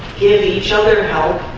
give each other help